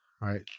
Right